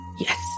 Yes